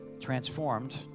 Transformed